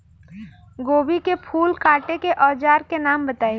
गोभी के फूल काटे के औज़ार के नाम बताई?